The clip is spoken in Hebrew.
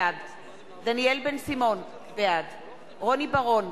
בעד דניאל בן-סימון, בעד רוני בר-און,